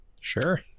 Sure